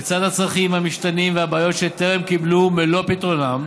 בצד הצרכים המשתנים והבעיות שטרם קיבלו את מלוא פתרונן,